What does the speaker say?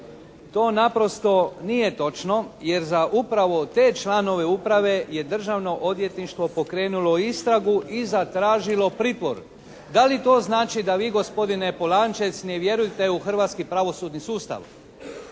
To naprosto nije točno jer za upravo te članove uprave je državno odvjetništvo pokrenulo istragu i zatražilo pritvor. Da li to znači da vi gospodine Polančec ne vjerujete u hrvatski pravosudni sustav?